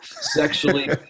sexually